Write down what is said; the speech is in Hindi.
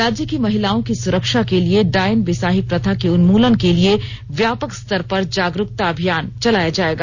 राज्य की महिलाओं की सुरक्षा के लिए डायन बिसाही प्रथा के उन्मूलन के लिए व्यापक स्तर पर जागरूकता अभियान चलाया जाएगा